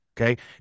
Okay